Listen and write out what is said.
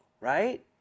right